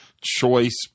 choice